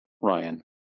Ryan